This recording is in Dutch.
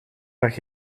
zag